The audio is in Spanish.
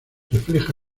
refleja